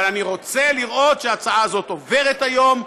אבל אני רוצה לראות שההצעה הזאת עוברת היום,